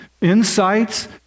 insights